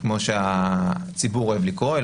כמו שהציבור אוהב לקרוא לזה,